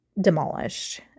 demolished